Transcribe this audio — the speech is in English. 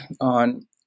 on